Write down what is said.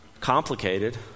complicated